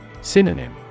Synonym